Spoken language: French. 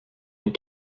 les